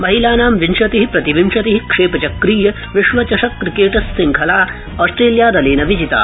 महिलानां विंशति प्रतिविंशति क्षेचक्रीय विश्वचषक क्रिकेट शड़खला ऑस्ट्रेलिया दलेन विजिता